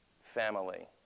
family